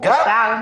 גם.